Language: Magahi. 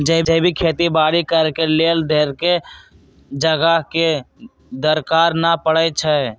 जैविक खेती बाड़ी करेके लेल ढेरेक जगह के दरकार न पड़इ छइ